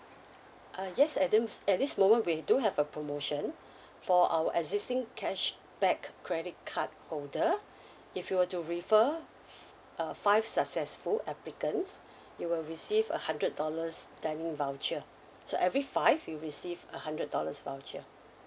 uh yes at dims~ at this moment we do have a promotion for our existing cash back credit card holder if you were to refer uh five successful applicants you will receive a hundred dollars dining voucher so every five you receive a hundred dollars voucher